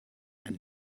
and